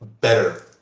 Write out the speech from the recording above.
better